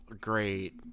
great